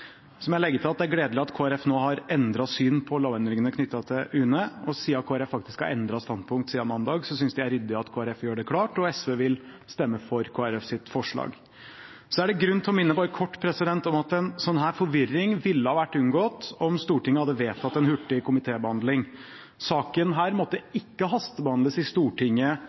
som noen ny støtte til lovendringene. Så må jeg legge til at det er gledelig at Kristelig Folkeparti nå har endret syn på lovendringene knyttet til UNE. Siden Kristelig Folkeparti faktisk har endret standpunkt siden mandag, synes vi det er ryddig at Kristelig Folkeparti gjør det klart, og SV vil stemme for Kristelig Folkepartis forslag. Så er det grunn til bare kort å minne om at en slik forvirring ville vært unngått om Stortinget hadde vedtatt en hurtig komitébehandling. Saken måtte ikke hastebehandles i Stortinget